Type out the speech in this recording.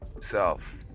self